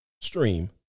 stream